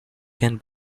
can